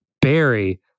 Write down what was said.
Barry